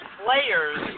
players